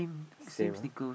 same ah